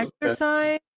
Exercise